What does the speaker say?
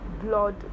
blood